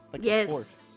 yes